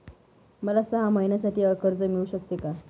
मला सहा महिन्यांसाठी कर्ज मिळू शकते का?